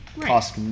cost